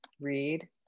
read